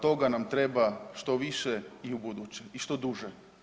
Toga n am treba što više i ubuduće i što duže.